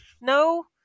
No